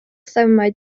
themâu